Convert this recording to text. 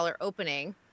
opening